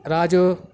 రాజు